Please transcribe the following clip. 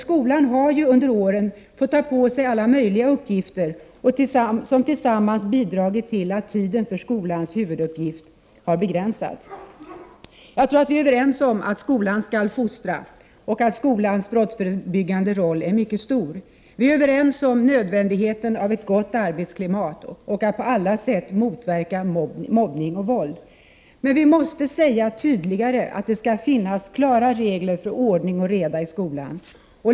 Skolan har ju under åren fått ta på sig alla möjliga uppgifter som tillsammans bidrar till att tiden för dess huvuduppgift har begränsats. Jag tror att vi är överens om att skolan skall fostra och att skolans brottsförebyggande roll är mycket stor. Vi är också överens om nödvändigheten av ett gott arbetsklimat och av att på alla sätt motverka mobbning och våld. Men vi måste säga tydligare att det skall finnas klara regler för ordning och reda i skolan.